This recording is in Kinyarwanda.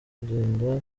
kugenda